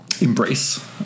embrace